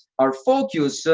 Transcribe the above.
our focus